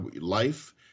life